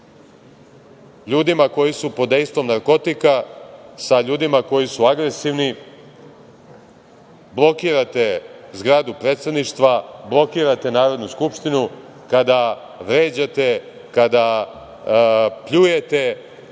ljudima koji su pod dejstvom narkotika, sa ljudima koji su agresivni blokirate zgradu predsedništva, blokirate Narodnu skupštinu, kada vređate, kada pljujete